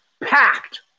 packed